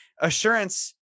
assurance